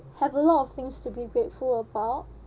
have a lot of things to be grateful about